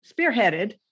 spearheaded